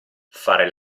fare